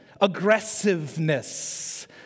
aggressiveness